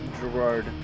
Gerard